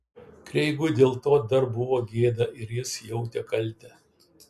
kreigui dėl to dar buvo gėda ir jis jautė kaltę